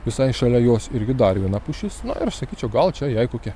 visai šalia jos irgi dar viena pušis na aš sakyčiau gal čia jai kokia